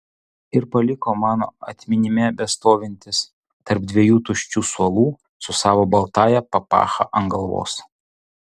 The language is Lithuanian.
ir paliko mano atminime bestovintis tarp dviejų tuščių suolų su savo baltąja papacha ant galvos